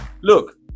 look